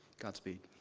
godspeed.